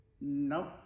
Nope